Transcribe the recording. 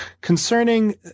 concerning